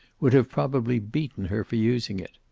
would have probably beaten her for using it.